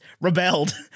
rebelled